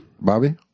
Bobby